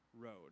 road